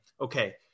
okay